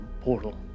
portal